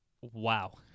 Wow